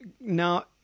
now